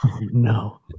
No